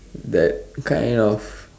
that kind of